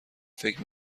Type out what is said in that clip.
فکر